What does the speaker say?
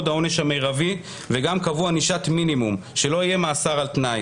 העונש המרבי וגם קבעו ענישת מינימום שלא יהיה מאסר על תנאי.